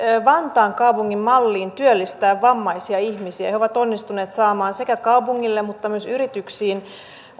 vantaan kaupungin malliin työllistää vammaisia ihmisiä he ovat onnistuneet samaan sekä kaupungille että myös yrityksiin